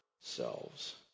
selves